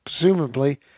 presumably